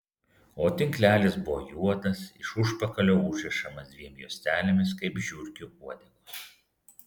o tinklelis buvo juodas iš užpakalio užrišamas dviem juostelėmis kaip žiurkių uodegos